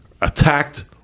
attacked